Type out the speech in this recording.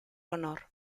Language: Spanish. honor